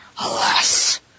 Alas